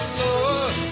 Lord